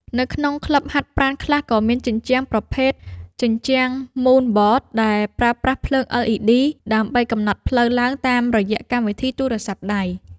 នៅក្នុងក្លឹបហាត់ប្រាណខ្លះ ក៏មានជញ្ជាំងប្រភេទ ជញ្ជាំងមូនបត ដែលប្រើប្រាស់ភ្លើង អិល.អ៊ី.ឌី ដើម្បីកំណត់ផ្លូវឡើងតាមរយៈកម្មវិធីទូរស័ព្ទដៃ។